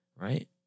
Right